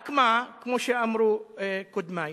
רק מה, כמו שאמרו קודמי,